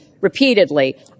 repeatedly